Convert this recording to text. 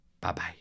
Bye-bye